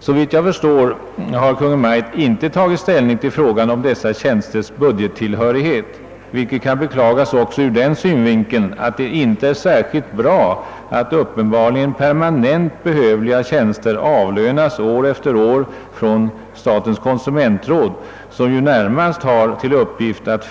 Såvitt jag förstår har Kungl. Maj:t inte tagit ställning till frågan om dessa tjänsters budgettillhörighet, vilket kan beklagas också ur den synvinkeln att det inte är särskilt bra att uppenbarligen permanent behövliga tjänster år efter år avlönas från statens konsumentråd, som ju närmast har till uppgift att